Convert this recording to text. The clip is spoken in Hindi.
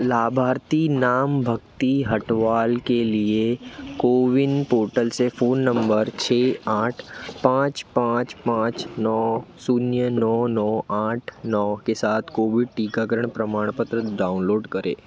लाभार्थी नाम भक्ति हटवाल के लिए कोविन पोर्टल से फ़ोन नम्बर छः आठ पाँच पाँच पाँच नौ शून्य नौ नौ आठ नौ के साथ कोविड टीकाकरण प्रमाणपत्र डाउनलोड करें